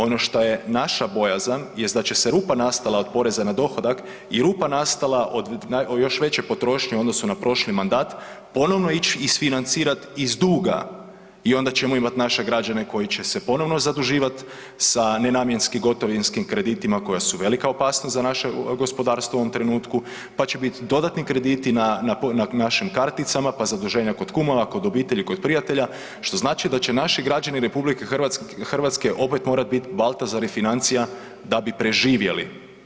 Ono što je naša bojazan jest da će se rupa nastala od poreza na dohodak i rupa nastala od još veće potrošnje u odnosu na prošli mandat ponovno ići isfinancirati iz duga i onda ćemo imati naše građane koji će se ponovno zaduživati sa nenamjenski gotovinskim kreditima koja su velika opasnost za naše gospodarstvo u ovom trenutku pa će biti dodatni krediti na našim karticama, pa zaduženja od kumova, kod obitelji, kod prijatelja što znači da će naši građani RH opet morat biti Baltazari financija da bi preživjeli.